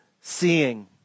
seeing